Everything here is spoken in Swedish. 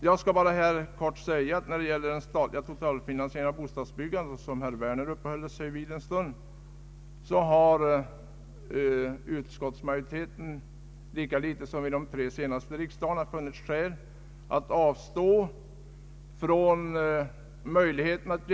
Jag skall bara helt kort säga att när det gäller en statlig totalfinansiering av bostadsbyggandet, vilket herr Werner uppehöll sig vid en stund, har utskottsmajoriteten lika litet nu som vid de senaste tre riksdagarna fun nit skäl att avstå från en sådan åtgärd.